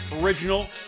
original